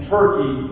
Turkey